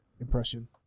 impression